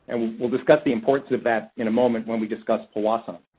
and we'll we'll discuss the importance of that in a moment when we discuss powassan.